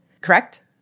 Correct